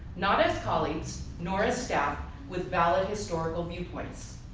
not as colleagues nor as staff with valid historical viewpoints.